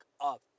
up